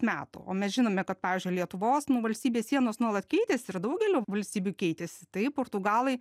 metų o mes žinome kad pavyzdžiui lietuvos nu valstybės sienos nuolat keitėsi ir daugelio valstybių keitėsi tai portugalai